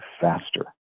faster